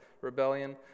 rebellion